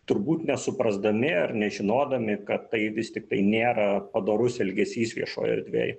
turbūt nesuprasdami ar nežinodami kad tai vis tiktai nėra padorus elgesys viešoj erdvėj